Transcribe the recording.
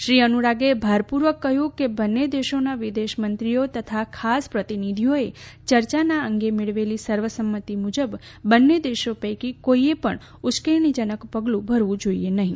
શ્રી અનુરાગે ભારપૂર્વક કહ્યું કે બંન્ને દેશોનાં વિદેશમત્રીઓ તથા ખાસ પ્રતિનિધિઓએ યર્યાનાં અંગે મેળવેલી સર્વસંમતિ મુજબ બંન્ને દેશો પૈકી કોઈએ પણ ઉશકેરણીજનક પગલું ભરવું જોઈએ નહીં